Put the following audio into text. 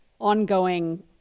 ongoing